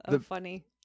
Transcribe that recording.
funny